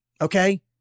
okay